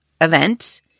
event